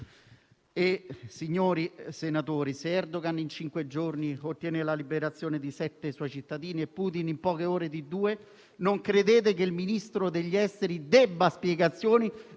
Signori senatori, se Erdogan, in cinque giorni, ottiene la liberazione di sette suoi cittadini e Putin, in poche ore, di due cittadini russi, non credete che il Ministro degli esteri debba dare spiegazioni